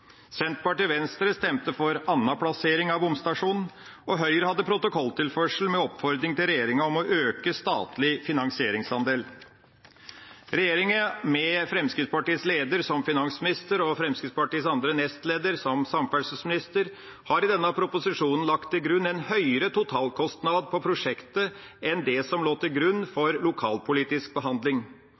Senterpartiet og Venstre stemte for annen plassering av bomstasjonen, og Høyre hadde protokolltilførsel med oppfordring til regjeringa om å øke statlig finansieringsandel. Regjeringa – med Fremskrittspartiets leder som finansminister og Fremskrittspartiets 2. nestleder som samferdselsminister – har i denne proposisjonen lagt til grunn en høyere totalkostnad på prosjektet enn det som lå til grunn for lokalpolitisk behandling,